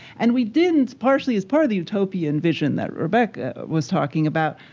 and we didn't, partially, as part of the utopian vision that rebecca was talking about.